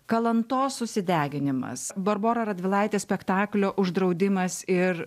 kalantos susideginimas barborą radvilaitė spektaklio uždraudimas ir